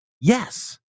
yes